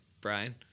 Brian